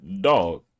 Dog